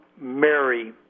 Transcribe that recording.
Mary